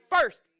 first